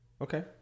okay